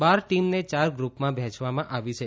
બાર ટીમને ચાર ગ્રુપમાં વહેંચવામાં આવી છે